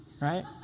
right